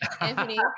anthony